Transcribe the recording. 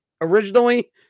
originally